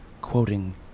quoting